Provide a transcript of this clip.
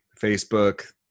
Facebook